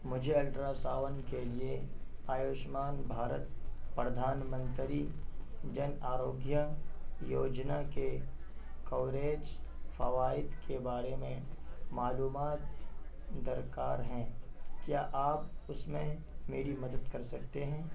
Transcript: مجھے ultrasound کے لیے آیوشمان بھارت پردھان منتری جن آروگیہ یوجنا کے کوریج فوائد کے بارے میں معلومات درکار ہیں کیا آپ اس میں میری مدد کر سکتے ہیں